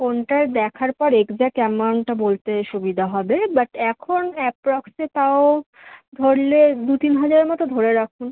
ফোনটায় দেখার পর এক্জ্যাক্ট অ্যামাউন্টটা বলতে সুবিধা হবে বাট এখন অ্যাপ্রক্সে তাও ধরলে দু তিন হাজারের মতন ধরে রাখুন